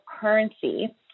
currency